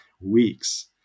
weeks